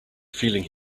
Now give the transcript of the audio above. feeling